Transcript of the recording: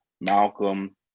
Malcolm